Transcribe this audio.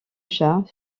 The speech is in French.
chat